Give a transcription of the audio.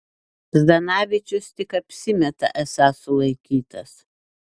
zdanavičius tik apsimeta esąs sulaikytas